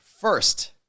first